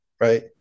Right